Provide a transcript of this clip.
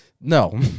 No